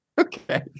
Okay